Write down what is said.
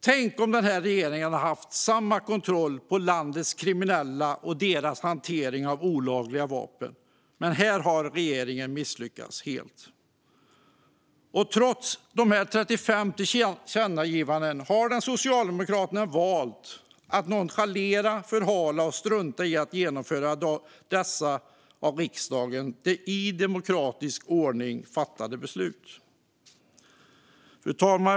Tänk om den här regeringen haft samma kontroll på landets kriminella och deras hantering av olagliga vapen! Men här har regeringen misslyckats helt. Trots dessa 35 tillkännagivanden har Socialdemokraterna valt att nonchalera, förhala och strunta i att genomföra riksdagens i demokratisk ordning fattade beslut. Fru talman!